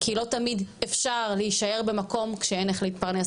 כי לא תמיד אפשר להישאר במקום כשאין איך להתפרנס,